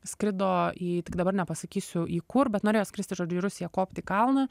skrido į tik dabar nepasakysiu į kur bet norėjo skristi žodžiu į rusiją kopt į kalną